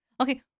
Okay